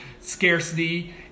scarcity